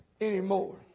anymore